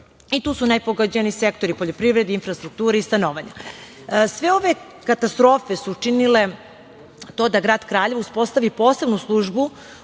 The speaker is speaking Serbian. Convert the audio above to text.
i tu su najpogođeniji sektori poljoprivrede, infrastrukture i stanovanja. Sve ove katastrofe su učinile to da grad Kraljevo uspostavi posebnu službu